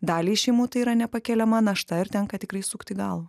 daliai šeimų tai yra nepakeliama našta ir tenka tikrai sukti galvą